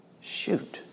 shoot